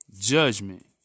judgment